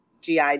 GI